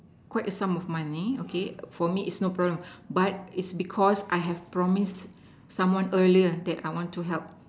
quite a sum of money okay for me is no problem but is because I have promised someone earlier that I want to help